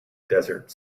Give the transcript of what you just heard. desert